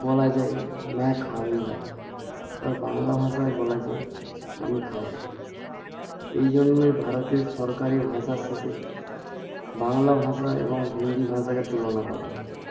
বলা যায় ম্যা খায়ুঙ্গা আর বাংলা ভাষায় বলা যায় আমি খাবো এই জন্যই ভারতের সরকারি ভাষার সাথে বাংলা ভাষা এবং হিন্দি ভাষাকে তুলনা করেন